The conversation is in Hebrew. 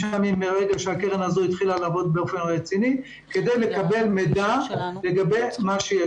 מהרגע שהקרן הזאת התחילה לעבוד באופן רציני כדי לקבל מידע לגבי מה שיש.